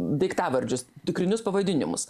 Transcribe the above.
daiktavardžius tikrinius pavadinimus